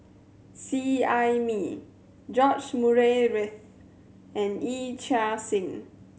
Seet Ai Mee George Murray Reith and Yee Chia Hsing